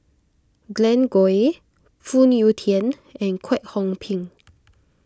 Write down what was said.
Glen Goei Phoon Yew Tien and Kwek Hong Png